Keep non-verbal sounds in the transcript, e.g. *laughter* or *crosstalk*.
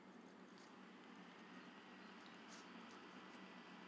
*noise*